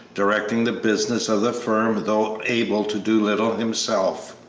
directing the business of the firm though able to do little himself.